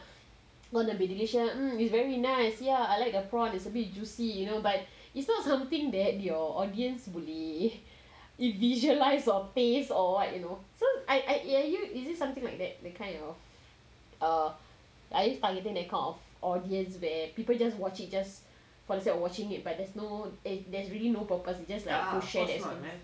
going to be delicious mm ya is very nice ya I like the prawn is a bit juicy you know but it's not something that your audience boleh visualise or taste or what you know so I I you is it something like that that kind of err are you targeting that kind of audience where people just watch it just for the sake of watching it but there's no there's really no purpose you just like to share that like